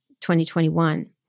2021